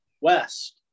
west